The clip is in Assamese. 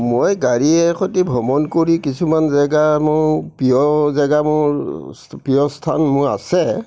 মই গাড়ীৰে সৈতে ভ্ৰমণ কৰি কিছুমান জেগা মোৰ প্ৰিয় জেগা মোৰ প্ৰিয় স্থান মোৰ আছে